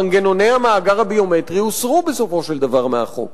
מנגנוני המאגר הביומטרי הוסרו בסופו של דבר מהחוק.